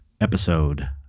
episode